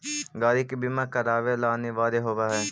गाड़ि के बीमा करावे ला अनिवार्य होवऽ हई